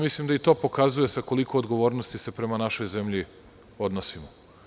Mislim da i to pokazuje sa koliko odgovornosti se prema našoj zemlji odnosimo.